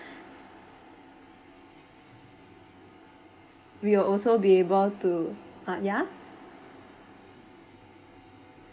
we will also be able to ah ya